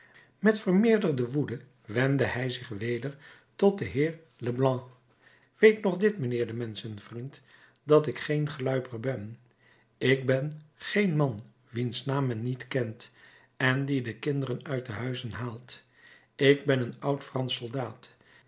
met vermeerderde woede wendde hij zich weder tot den heer leblanc weet nog dit mijnheer de menschenvriend dat ik geen gluiper ben ik ben geen man wiens naam men niet kent en die de kinderen uit de huizen haalt ik ben een oud fransch soldaat